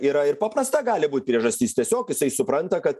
yra ir paprasta gali būt priežastis tiesiog jisai supranta kad